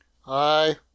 Hi